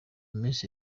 miss